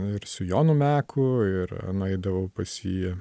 ir su jonu meku ir nueidavau pas jį